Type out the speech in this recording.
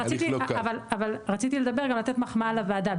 רציתי לתת מחמאה לוועדה.